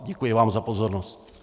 Děkuji vám za pozornost.